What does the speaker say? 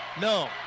No